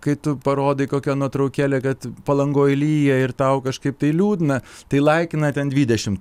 kai tu parodai kokią nuotraukėlę kad palangoj lyja ir tau kažkaip tai liūdna tai laikina ten dvidešim